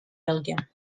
belgium